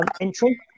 entry